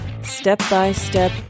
step-by-step